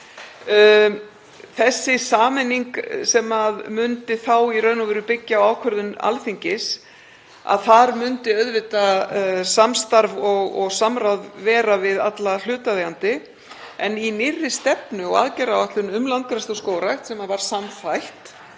Þessi sameining, sem myndi þá í raun og veru byggjast á ákvörðun Alþingis — þar myndi auðvitað samstarf og samráð vera við alla hlutaðeigandi. En í nýrri stefnu og aðgerðaáætlun um landgræðslu og skógrækt, sem var samþætt,